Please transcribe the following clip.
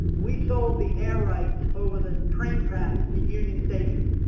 we sold the air rights over the train tracks at union station.